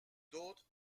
d’autres